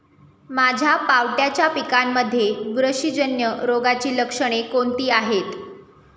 माझ्या पावट्याच्या पिकांमध्ये बुरशीजन्य रोगाची लक्षणे कोणती आहेत?